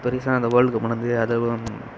இப்போ ரீசண்ட்டாக அந்த வேர்ல்டு கப் நடந்தது அதை